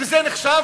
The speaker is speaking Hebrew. וזה נחשב